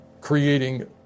creating